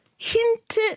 Hint